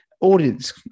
Audience